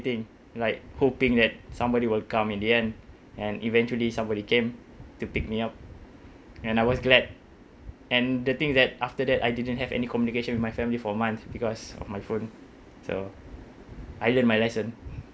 like hoping that somebody will come in the end and eventually somebody came to pick me up and I was glad and the thing that after that I didn't have any communication with my family for months because of my phone so I learned my lesson